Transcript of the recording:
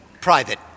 private